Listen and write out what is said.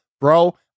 Bro